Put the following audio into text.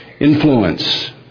influence